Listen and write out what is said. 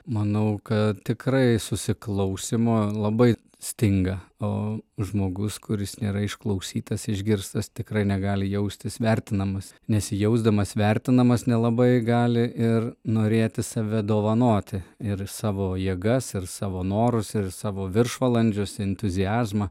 manau kad tikrai susiklausymo labai stinga o žmogus kuris nėra išklausytas išgirstas tikrai negali jaustis vertinamas nesijausdamas vertinamas nelabai gali ir norėti save dovanoti ir savo jėgas ir savo norus ir savo viršvalandžius entuziazmą